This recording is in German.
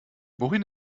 wohin